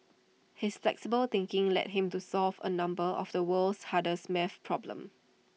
his flexible thinking led him to solve A number of the world's hardest math problems